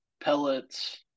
pellets